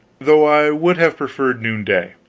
though i would have preferred noonday,